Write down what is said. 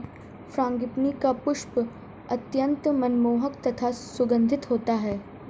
frangipani का पुष्प अत्यंत मनमोहक तथा सुगंधित होता है